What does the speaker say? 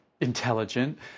intelligent